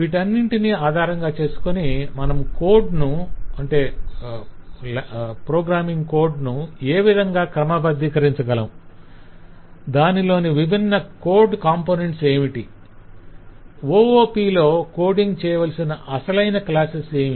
వీటన్నింటిని ఆధారంగా చేసుకొని మనం కోడ్ ను ఏ విధంగా క్రమబద్ధీకరించగలము దానిలోని విభిన్న కోడ్ కాంపొనెంట్స్ ఏమిటి OOPలో కోడింగ్ చేయవలసిన అసలైన క్లాసెస్ ఏవి